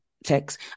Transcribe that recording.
Text